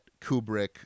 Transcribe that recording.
Kubrick